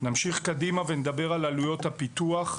נמשיך קדימה ונדבר על עלויות הפיתוח.